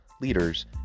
leaders